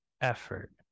effort